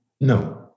No